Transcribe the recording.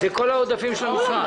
זה כל העודפים של המשרד.